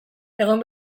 egon